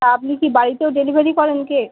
তা আপনি কি বাড়িতেও ডেলিভারি করেন কেক